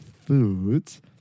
Foods